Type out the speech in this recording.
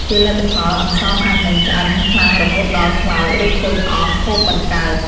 ជាលទ្ធផល អន្សមអាចនឹងឆ្អិនខ្លាំងរហូតដល់ ខ្លោច ឬខូចអស់ ហូបមិនកើត។